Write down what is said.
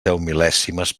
deumil·lèsimes